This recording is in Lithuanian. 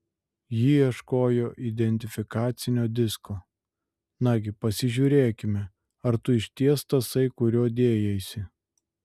ji ieškojo identifikacinio disko nagi pasižiūrėkime ar tu išties tasai kuriuo dėjaisi